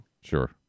sure